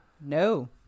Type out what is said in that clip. No